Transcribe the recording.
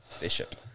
bishop